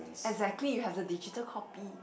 exactly you have the digital copy